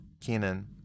Kenan